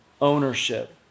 Ownership